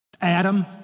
Adam